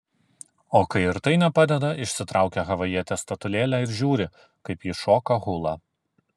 o kai ir tai nepadeda išsitraukia havajietės statulėlę ir žiūri kaip ji šoka hulą